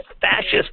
fascist